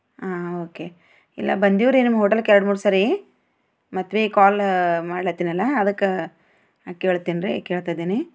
ಹಾಂ ಓಕೆ ಇಲ್ಲ ಬಂದೀವ್ರಿ ನಿಮ್ಮ ಹೋಟೆಲ್ಕ ಎರಡು ಮೂರು ಸರಿ ಮತ್ತೆ ಭೀ ಕಾಲ್ ಮಾಡ್ಲಾತಿನಲ್ಲ ಅದಕ್ಕೆ ಕೇಳ್ತಿನಿ ರಿ ಕೇಳ್ತಾ ಇದ್ದೀನಿ